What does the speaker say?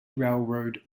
railroad